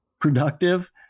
productive